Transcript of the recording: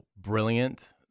brilliant